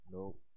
Nope